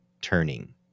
turning